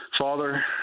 Father